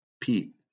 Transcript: Pete